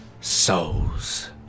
Souls